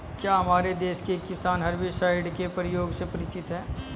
क्या हमारे देश के किसान हर्बिसाइड्स के प्रयोग से परिचित हैं?